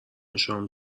شام